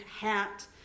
hat